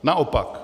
Naopak.